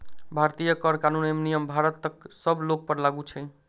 भारतीय कर कानून एवं नियम भारतक सब लोकपर लागू छै